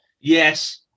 Yes